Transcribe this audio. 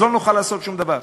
אז לא נוכל לעשות שום דבר.